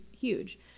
huge